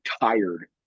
tired